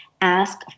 ask